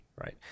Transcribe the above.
right